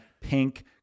Pink